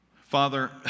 Father